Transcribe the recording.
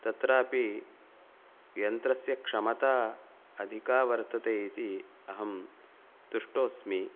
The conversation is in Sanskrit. तत्रापि यन्त्रस्य क्षमता अधिका वर्तते इति अहं तुष्टोस्मि